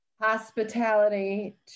hospitality